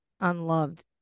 unloved